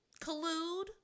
collude